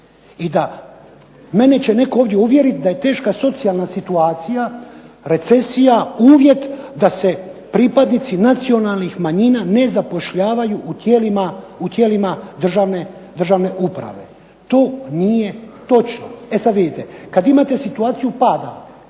i da mene će netko ovdje uvjeriti da je teška socijalna situacija, recesija uvjet da se pripadnici nacionalnih manjina ne zapošljavaju u tijelima državne uprave. To nije točno. E sada vidite, kada imate situaciju pada